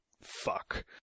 fuck